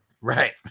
Right